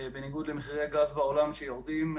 בניגוד למחירי הגז בעולם, שיורדים.